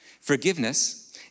Forgiveness